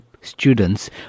students